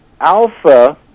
Alpha